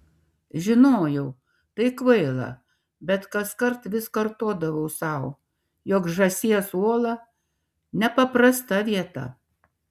žinojau tai kvaila bet kaskart vis kartodavau sau jog žąsies uola nepaprasta vieta